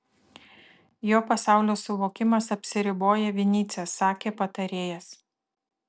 jo pasaulio suvokimas apsiriboja vinycia sakė patarėjas